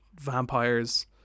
vampires